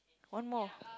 one more